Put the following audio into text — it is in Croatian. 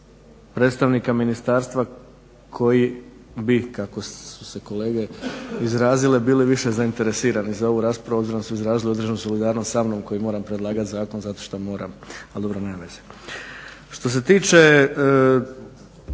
od predstavnika ministarstva koji bi kako su se kolege izrazili, bili više zainteresirani za ovu raspravu, obzirom da su izrazili određenu solidarnost samnom koji moram predlagati zakon zato što moram, ali dobro nema veze. Što se tiče,